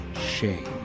shame